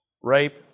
Rape